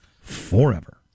forever